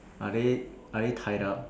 are they are they tied up